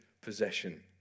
possession